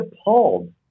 appalled